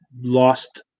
lost